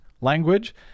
language